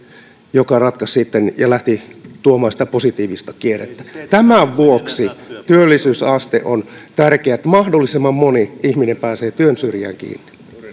joka ratkaisi sitten ja lähti tuomaan sitä positiivista kierrettä tämän vuoksi työllisyysaste on tärkeä että mahdollisimman moni ihminen pääsee työn syrjään kiinni